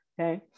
Okay